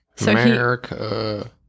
America